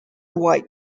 white